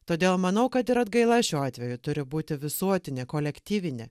todėl manau kad ir atgaila šiuo atveju turi būti visuotinė kolektyvinė